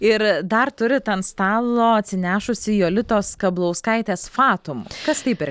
ir dar turit ant stalo atsinešusi jolitos skablauskaitės fatum kas tai per